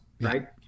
right